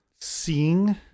seeing